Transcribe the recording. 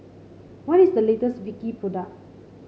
what is the latest Vichy product